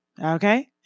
Okay